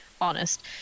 honest